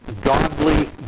godly